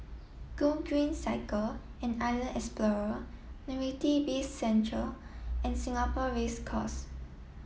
Gogreen Cycle and Island Explorer Novelty Bizcentre and Singapore Race Course